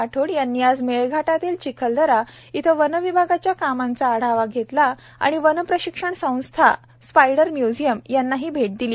राठोड यांनी आज मेळघाटातील चिखलदरा येथे वन विभागाच्या कामांचा आढावा घेतला व वन प्रशिक्षण संस्था स्पायडर म्य्झियमलाही भेट दिली